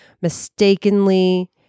mistakenly